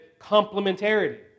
complementarity